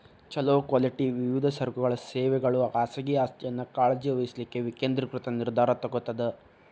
ಛೊಲೊ ಕ್ವಾಲಿಟಿ ವಿವಿಧ ಸರಕುಗಳ ಸೇವೆಗಳು ಖಾಸಗಿ ಆಸ್ತಿಯನ್ನ ಕಾಳಜಿ ವಹಿಸ್ಲಿಕ್ಕೆ ವಿಕೇಂದ್ರೇಕೃತ ನಿರ್ಧಾರಾ ತೊಗೊತದ